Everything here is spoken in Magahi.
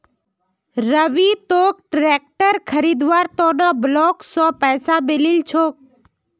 रवि तोक ट्रैक्टर खरीदवार त न ब्लॉक स पैसा मिलील छोक